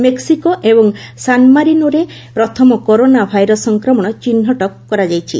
Mexico ଏବଂ ସାନ୍ମାରିନୋରେ ପ୍ରଥମ କରୋନା ଭାଇରସ୍ ସଂକ୍ରମଣ ଚିହ୍ନଟ କରାଯାଇଛି